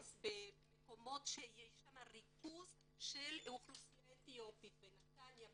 במקומות שיש בהם ריכוז של אוכלוסייה אתיופית: בנתניה,